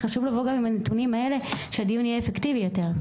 חשוב לבוא גם עם הנתונים האלה שהדיון יהיה אפקטיבי יותר.